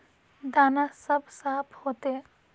दाना सब साफ होते?